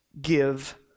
give